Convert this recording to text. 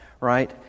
Right